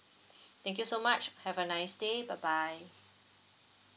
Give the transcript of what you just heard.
thank you so much have a nice day bye bye